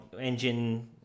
engine